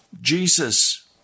Jesus